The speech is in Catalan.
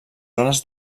zones